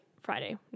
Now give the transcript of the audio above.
Friday